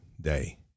day